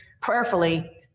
prayerfully